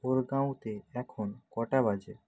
গুরগাঁওতে এখন কটা বাজে